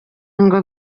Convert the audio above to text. ngo